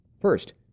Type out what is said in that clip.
First